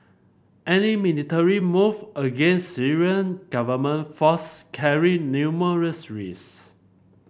any military move against Syrian government force carry numerous risk